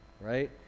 right